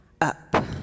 up